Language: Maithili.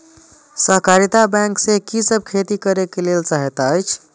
सहकारिता बैंक से कि सब खेती करे के लेल सहायता अछि?